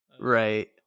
right